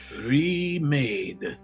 remade